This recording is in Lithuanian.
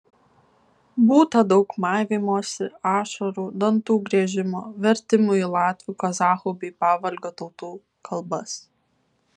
būta daug maivymosi ašarų dantų griežimo vertimų į latvių kazachų bei pavolgio tautų kalbas